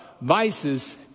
vices